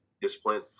Discipline